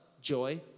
joy